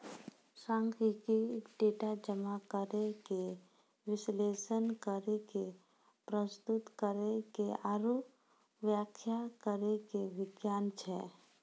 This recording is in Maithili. सांख्यिकी, डेटा जमा करै के, विश्लेषण करै के, प्रस्तुत करै के आरु व्याख्या करै के विज्ञान छै